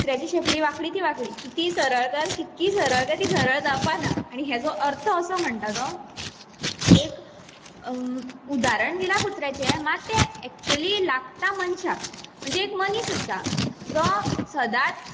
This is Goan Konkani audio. कुत्र्याची शेंपडी वांकडी ती वांकडी ती सरळ कर कितकी सरळ कर ती सरळ जावपाना आनी हेजो अर्थ असो म्हणटा तो एक उदाहरण दिलां कुत्र्याचें मात तें एकच्युली लागता मनशाक म्हणजे एक मनीस आसा जो सदांच